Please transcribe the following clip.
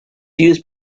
used